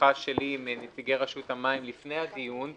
שיחה שלי עם נציגי רשות המים לפני הדיון,